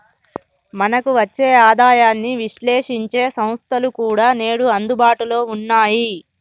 మనకు వచ్చే ఆదాయాన్ని విశ్లేశించే సంస్థలు కూడా నేడు అందుబాటులో ఉన్నాయి